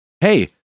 hey